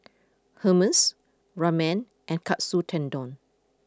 Hummus Ramen and Katsu Tendon